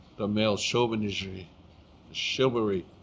the male chauvinism chivalry